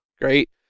Great